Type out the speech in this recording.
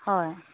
হয়